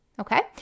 Okay